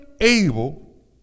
able